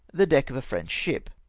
the deck of a french ship!